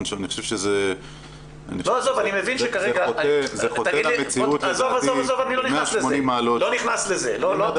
אני חושב שזה חוטא למציאות ב-180 מעלות --- אני לא נכנס לזה.